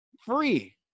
free